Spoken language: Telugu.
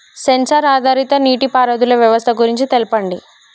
సెన్సార్ ఆధారిత నీటిపారుదల వ్యవస్థ గురించి తెల్పండి?